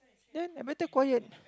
then I better quiet